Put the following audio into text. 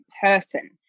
person